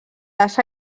les